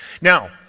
Now